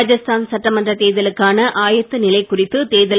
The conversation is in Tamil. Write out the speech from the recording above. ராஜஸ்தான் சட்டமன்ற தேர்தலுக்கான ஆயத்த நிலை குறித்து தேர்தல்